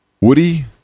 Woody